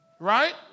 Right